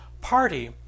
party